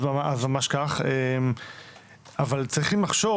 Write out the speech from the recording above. אבל צריכים לחשוב